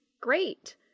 great